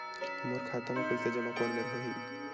मोर खाता मा पईसा जमा कोन मेर होही?